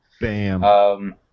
Bam